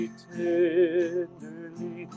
tenderly